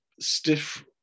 stiff